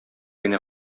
генә